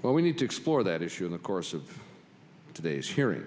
but we need to explore that issue in the course of today's hearing